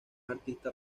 artista